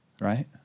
Right